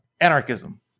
anarchism